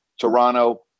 Toronto